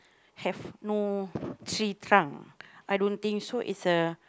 have no tree trunk I don't think so is a